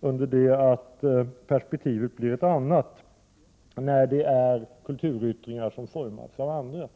under det att perspektivet blir ett annat när det gäller kulturyttringar som formats av andra.